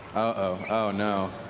oh, no,